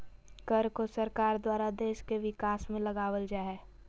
कर को सरकार द्वारा देश के विकास में लगावल जा हय